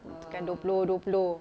sekarang dua puluh dua puluh